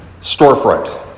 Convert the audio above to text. Storefront